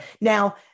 Now